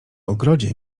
ogrodzie